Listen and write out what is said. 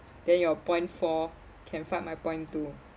then your point four can fight my point two